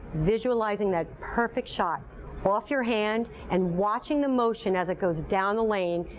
visualizing that perfect shot off your hand and watching the motion as it goes down the lane,